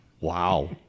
Wow